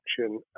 action